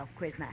Quizmaster